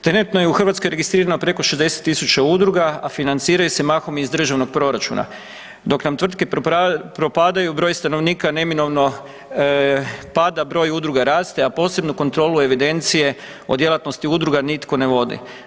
Trenutno je u Hrvatskoj registrirano preko 60 tisuća udruga, a financiraju se mahom iz državnog proračuna, dok nam tvrtke propadaju, broj stanovnika neminovno pada, broj udruga raste, a posebnu kontrolu evidencije o djelatnosti udruga nitko ne vodi.